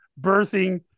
birthing